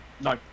No